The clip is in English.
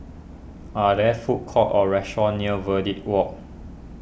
are there food courts or restaurants near Verde Walk